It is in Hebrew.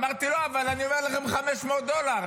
אמרתי, לא, אבל אני אומר לכם, 500 דולר.